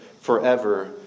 forever